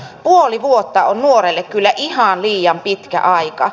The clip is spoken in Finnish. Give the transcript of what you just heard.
puoli vuotta on nuorelle kyllä ihan liian pitkä aika